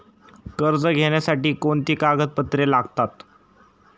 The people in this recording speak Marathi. कर्ज घेण्यासाठी कोणती कागदपत्रे लागतात?